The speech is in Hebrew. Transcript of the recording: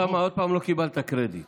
אוסאמה, עוד פעם לא קיבלת קרדיט.